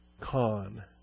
Con